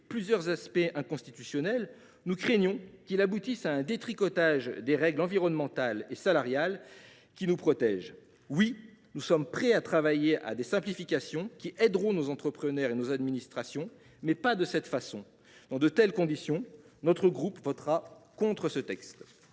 plusieurs aspects inconstitutionnels, nous craignons qu’il n’aboutisse à un détricotage des règles environnementales et salariales qui nous protègent. Nous sommes prêts à travailler à des simplifications qui aideront nos entrepreneurs et notre administration, mais pas de cette façon. Dans ces conditions, notre groupe votera contre la